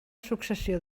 successió